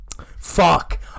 Fuck